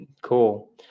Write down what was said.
Cool